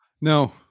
No